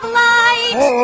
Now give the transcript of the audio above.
light